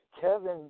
Kevin